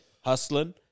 hustling